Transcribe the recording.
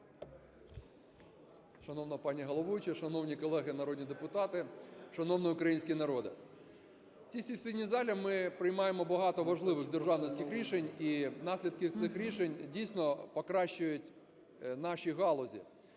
Шановна пані головуюча, шановні колеги народні депутати, шановний український народе! В цій сесійні залі ми приймаємо багато важливих державницьких рішень, і наслідки цих рішень дійсно покращують наші галузі.